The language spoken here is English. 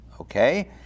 okay